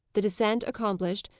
the descent accomplished,